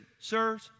sirs